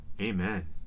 Amen